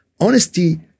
honesty